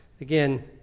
again